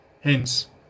hence